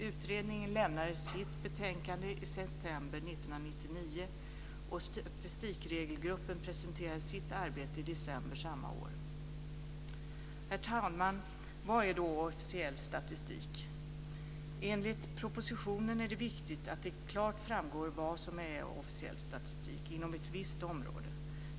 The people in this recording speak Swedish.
Utredningen lämnade sitt betänkande i september 1999, och Statistikregelgruppen presenterade sitt arbete i december samma år. Herr talman! Vad är då officiell statistik? Enligt propositionen är det viktigt att det klart framgår vad som är officiell statistik inom ett visst område.